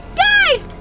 guys!